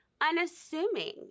unassuming